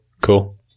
Cool